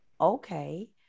okay